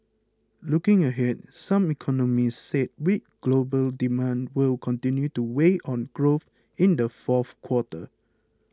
looking ahead some economists said weak global demand will continue to weigh on growth in the fourth quarter